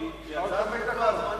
כי הצעה דחופה, הזמן הסתיים.